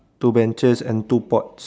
two benches and two ports